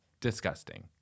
disgusting